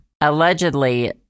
allegedly